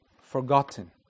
forgotten